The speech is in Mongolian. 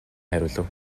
хариулав